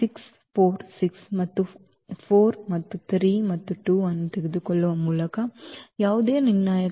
ನಾವು ಈ 6 4 6 ಮತ್ತು ಈ 4 ಮತ್ತು 3 ಮತ್ತು 2 ಅನ್ನು ತೆಗೆದುಕೊಳ್ಳುವ ಯಾವುದೇ ನಿರ್ಣಾಯಕ